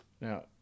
Now